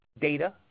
data